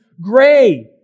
gray